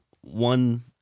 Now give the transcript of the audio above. one